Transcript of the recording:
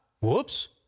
Whoops